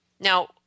Now